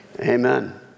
Amen